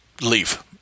leave